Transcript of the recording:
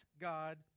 God